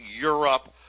Europe